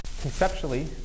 Conceptually